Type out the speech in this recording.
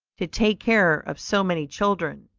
to take care of so many children,